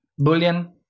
boolean